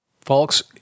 Folks